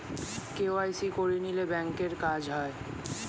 KYC করিয়ে নিলে ব্যাঙ্কের কাজ হয়